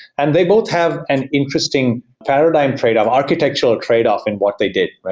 and they both have an interesting paradigm trade of architectural tradeoff in what they did.